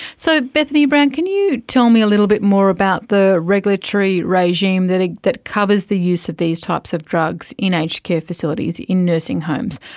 so, bethany brown, can you tell me a little bit more about the regulatory regime that ah that covers the use of these types of drugs in aged care facilities, in nursing homes?